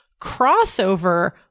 crossover